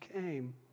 came